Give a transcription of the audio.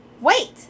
Wait